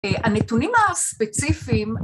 הנתונים הספציפיים